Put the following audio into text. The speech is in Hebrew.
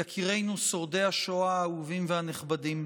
יקירינו שורדי השואה האהובים והנכבדים,